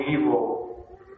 evil